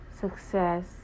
success